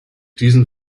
diesen